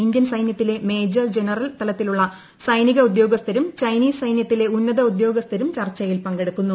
Indian സൈനൃത്തിലെ major general തലത്തിലുള്ള സൈനിക ഉദ്യോഗസ്ഥരും ചൈനീസ് സൈന്യത്തിലെ ഉന്നത ഉദ്യോഗസ്ഥരും ചർച്ചയിൽ പങ്കെടുക്കുന്നു